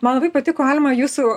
man labai patiko alma jūsų